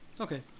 Okay